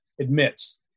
admits